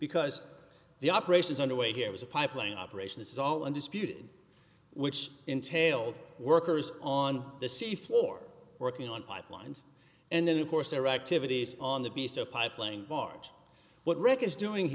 because the operations underway here was a pipeline operation this is all undisputed which entailed workers on the sea floor working on pipelines and then of course their activities on the piece of pipeline barge what rick is doing